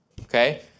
okay